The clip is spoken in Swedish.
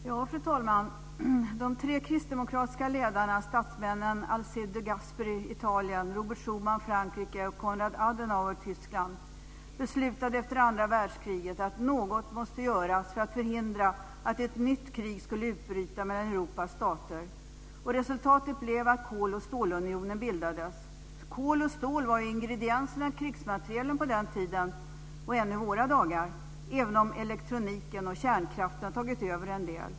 Fru talman! De tre kristdemokratiska ledarna och statsmännen Alcide de Gasperi, Italien, Robert Schuman, Frankrike, och Konrad Adenauer, Tyskland, beslutade efter andra världskriget att något måste göras för att förhindra att ett nytt krig skulle utbryta mellan Europas stater. Resultatet blev att koloch stålunionen bildades. Kol och stål var ju ingredienserna i krigsmaterielen på den tiden och är det även i våra dagar, även om elektroniken och kärnkraften har tagit över en del.